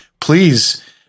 Please